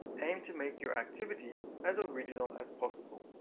aim to make your activity as original as possible.